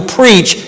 preach